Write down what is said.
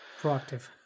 Proactive